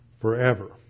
forever